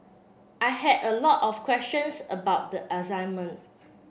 I had a lot of questions about the assignment